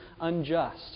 unjust